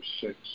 six